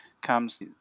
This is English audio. comes